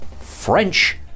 French